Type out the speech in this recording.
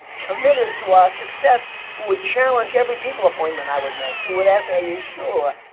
committed to our success who would challenge every people appointment i would make, who would ask me, are you sure?